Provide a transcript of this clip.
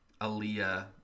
Aaliyah –